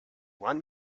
won